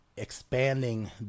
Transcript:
expanding